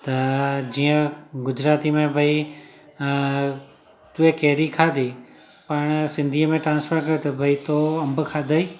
त जीअं गुजराती में भई अ तुए केरी खाधी पाण सिंधीअ में ट्रांसफर करे त भई तूं अंबु खाधई